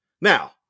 Now